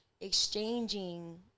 exchanging